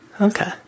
Okay